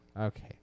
Okay